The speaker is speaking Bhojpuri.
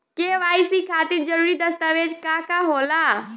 के.वाइ.सी खातिर जरूरी दस्तावेज का का होला?